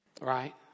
Right